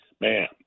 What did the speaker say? man